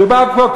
מדובר פה,